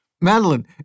Madeline